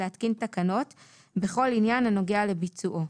להתקין תקנות בכל עניין הנוגע לביצועו.